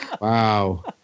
Wow